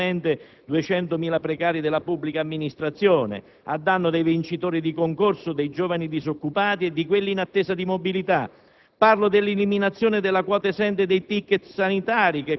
parlo dei 20 milioni stanziati per sistemare definitivamente 200.000 precari della pubblica amministrazione a danno dei vincitori di concorso, dei giovani disoccupati e di quelli in attesa di mobilità.